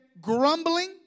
grumbling